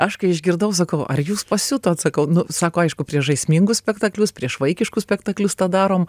aš kai išgirdau sakau ar jūs pasiutot sakau nu sako aišku prieš žaismingus spektaklius prieš vaikiškus spektaklius tą darom